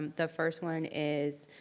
the first one is,